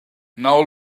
now